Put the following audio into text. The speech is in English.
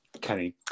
kenny